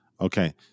Okay